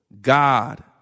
God